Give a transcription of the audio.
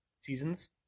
seasons